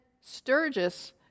Sturgis